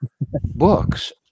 books